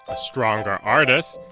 ah stronger artists.